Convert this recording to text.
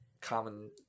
common